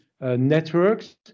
networks